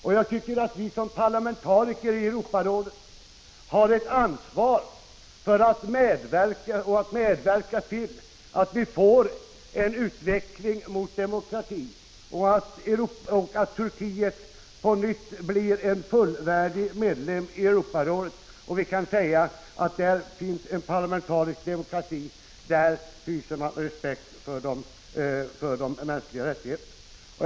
Och jag tycker att vi som parlamentariker i Europarådet har ett ansvar för att medverka till en utveckling mot demokrati och till att Turkiet på nytt blir en fullvärdig medlem i Europarådet, så att vi kan säga att det finns en parlamentarisk demokrati i Turkiet och att man där hyser respekt för de mänskliga rättigheterna.